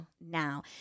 now